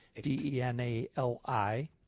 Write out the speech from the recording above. d-e-n-a-l-i